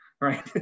right